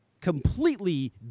completely